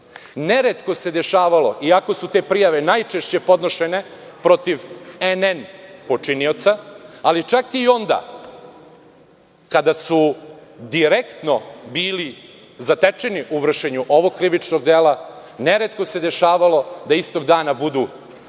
Neretko se dešavalo, iako su te prijave najčešće podnošene protiv „nn“ počinioca, ali čak i onda kada su direktno bili zatečeni u vršenju ovog krivičnog dela, neretko se dešavalo da istog dana budu i